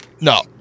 No